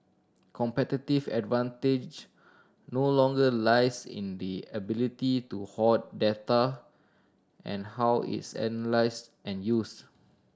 competitive advantage no longer lies in the ability to hoard data and how it's analysed and used